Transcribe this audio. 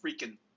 freaking